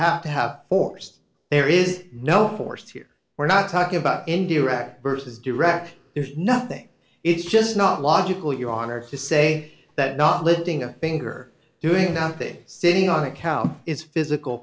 have to have force there is no force here we're not talking about in direct versus direct there's nothing it's just not logical your honor to say that not lifting a finger doing out there sitting on a couch is physical